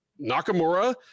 Nakamura